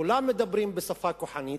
כולם מדברים בשפה כוחנית,